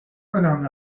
önemli